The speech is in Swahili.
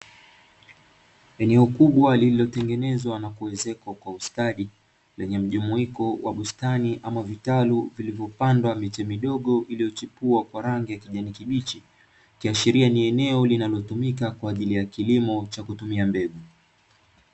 Eneo kubwa lililotengenezwa na kuezekwa kwa ustadi, lenye mjumuiko wa bustani ama vitalu vilivyopandwa miti midogo iliyochipua kwa rangi ya kijani kibichi, ikiashiria ni eneo linalotumika kwa ajili ya kilimo cha kutumia mbegu.